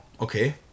okay